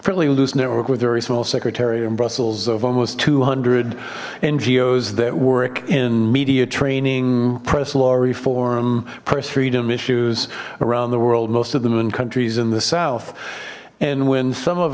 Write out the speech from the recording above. friendly loose network with very small secretary in brussels of almost two hundred ngos that work in media training press law reform press freedom issues around the world most of them in countries in the south and when some of